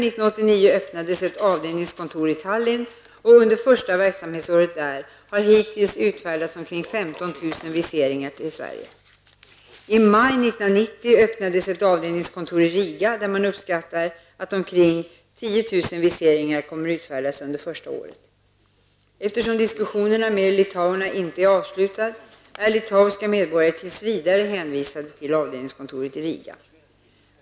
Tallinn, och under första verksamhetsåret där har hittills utfärdats omkring 15 000 viseringar till Sverige. I maj 1990 öppnades ett avdelningskontor i Riga, och man uppskattar att omkring 10 000 viseringar kommer att utfärdas under första året. Eftersom diskussionerna med litauerna inte är avslutade, är litauiska medborgare tills vidare hänvisade till avdelningskontoret i Riga.